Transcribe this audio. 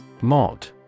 Mod